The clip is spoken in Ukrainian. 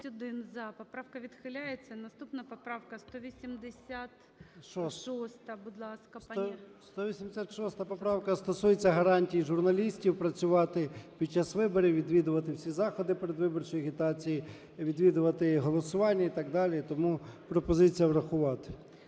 186 поправка стосується гарантії журналістів працювати під час виборів, відвідувати всі заходи передвиборчої агітації, відвідувати голосування і так далі. Тому пропозиція врахувати.